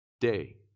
Day